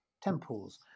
temples